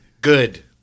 Good